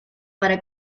para